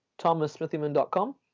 ThomasSmithyman.com